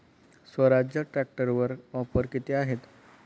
स्वराज्य ट्रॅक्टरवर ऑफर किती आहे?